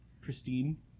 pristine